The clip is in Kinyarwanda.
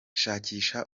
shakisha